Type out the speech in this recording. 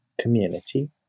community